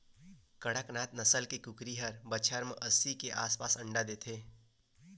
कड़कनाथ नसल के कुकरी ह बछर म अस्सी के आसपास अंडा देथे